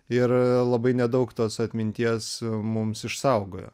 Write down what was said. ir labai nedaug tos atminties mums išsaugojo